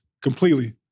Completely